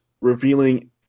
revealing